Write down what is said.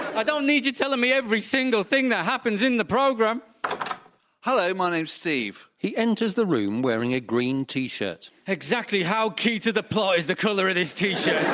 i don't need you telling me every single thing that happens in the programme hello, my name's steve he enters the room wearing a green t-shirt exactly how key to the plot is the colour of this t-shirt?